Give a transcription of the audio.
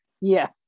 yes